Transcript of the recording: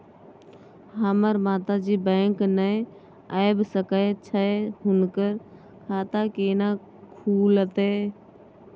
हमर माता जी बैंक नय ऐब सकै छै हुनकर खाता केना खूलतै?